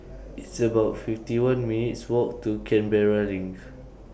It's about fifty one minutes' Walk to Canberra LINK